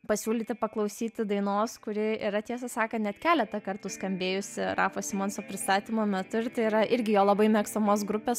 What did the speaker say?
pasiūlyti paklausyti dainos kuri yra tiesą sakant net keletą kartų skambėjusi rafo simonso pristatymo metu ir tai yra irgi jo labai mėgstamos grupės